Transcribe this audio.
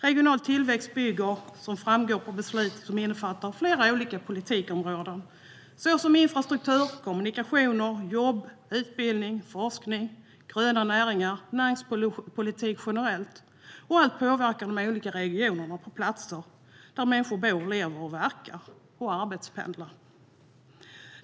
Regional tillväxt bygger som framgår på beslut som innefattar flera olika politikområden, såsom infrastruktur, kommunikationer, jobb, utbildning, forskning, gröna näringar och näringspolitik generellt sett. Allt detta påverkar de olika regionerna på platser där människor bor, lever, verkar och arbetspendlar.